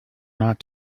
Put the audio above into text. not